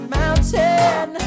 mountain